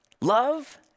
Love